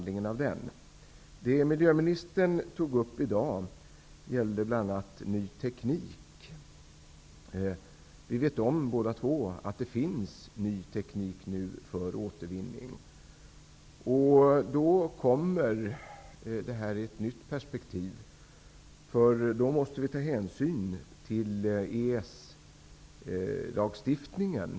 I dag tog miljöministern bl.a. upp frågan om ny teknik. Vi vet båda två om att det finns ny teknik för återvinning. Frågan kommer då i ett nytt perspektiv. Vi måste nu ta hänsyn till EES lagstiftningen.